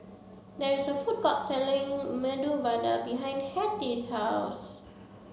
there is a food court selling Medu Vada behind Hattie's house